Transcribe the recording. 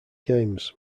games